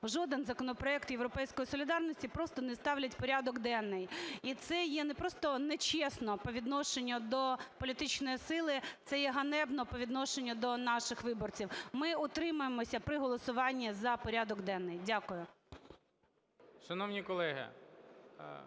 жоден законопроект "Європейської солідарності" просто не ставлять в порядок денний. І це є не просто нечесно по відношенню до політичної сили, це є ганебно по відношенню до наших виборців. Ми утримаємося при голосуванні за порядок денний. Дякую.